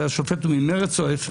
והשופט הוא ממרצ או להפך?